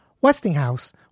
Westinghouse